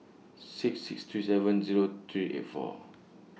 six six three seven Zero three eight four